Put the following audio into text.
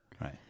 Right